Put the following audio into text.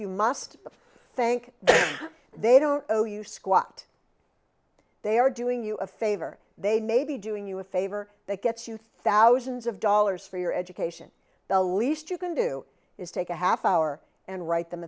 you must but thank god they don't owe you squat they are doing you a favor they may be doing you a favor that gets you thousands of dollars for your education the least you can do is take a half hour and write them